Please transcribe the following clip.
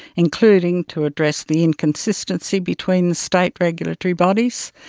including to address the inconsistency between the state regulatory bodies,